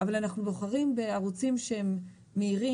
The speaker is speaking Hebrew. אבל אנחנו בוחרים בערוצים שהם מהירים